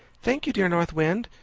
thank you, dear north wind.